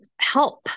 help